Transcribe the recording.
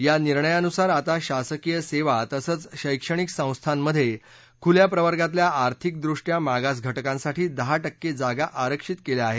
या निर्णयानुसार आता शासकीय सेवा तसंच शैक्षणिक संस्थांमध्ये खुल्या प्रवर्गातल्या आर्थिक दृष्ट्या मागास घ कांसाठी दहा क्रिके जागा आरक्षित करण्यात आल्या आहेत